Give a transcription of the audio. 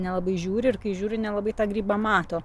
nelabai žiūri ir kai žiūri nelabai tą grybą mato